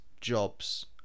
jobs